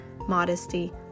modesty